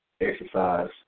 exercise